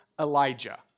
Elijah